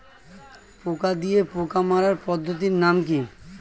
পোকা দিয়ে পোকা মারার পদ্ধতির নাম কি?